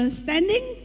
standing